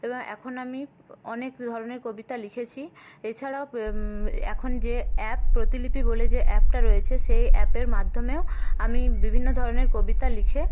এবং এখন আমি অনেক ধরণের কবিতা লিখেছি এছাড়াও এখন যে অ্যাপ প্রতিলিপি বলে যে অ্যাপটা রয়েছে সেই অ্যাপের মাধ্যমেও আমি বিভিন্ন ধরণের কবিতা লিখে